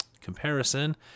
comparison